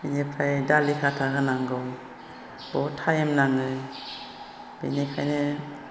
बिनिफ्राय दालि खाथा होनांगौ बुहुद टाइम नाङो बेनिखायनो